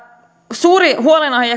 suuri huolenaihe